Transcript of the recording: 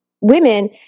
women